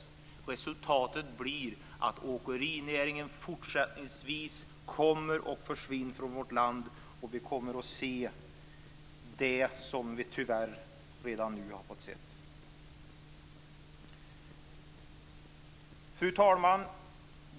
Jo, resultatet blir att åkerinäringen fortsättningsvis kommer att försvinna från vårt land, och vi kommer att se det som vi tyvärr redan nu har fått se. Fru talman!